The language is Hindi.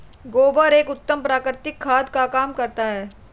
गोबर एक उत्तम प्राकृतिक खाद का काम करता है